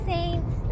Saints